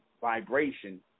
vibration